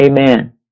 Amen